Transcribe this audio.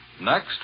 Next